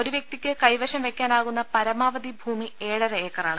ഒരു വൃക്തിക്ക് കൈവശം വയ്ക്കാനാകുന്ന് പരമാവധി ഭൂമി ഏഴര ഏക്കറാണ്